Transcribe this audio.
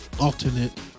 Alternate